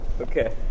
Okay